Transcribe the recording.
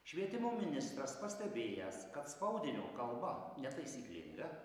švietimo ministras pastebėjęs kad spaudinio kalba netaisyklinga